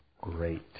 great